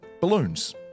balloons